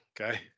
Okay